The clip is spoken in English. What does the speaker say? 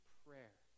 prayer